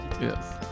Yes